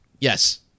Yes